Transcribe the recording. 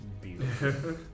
Beautiful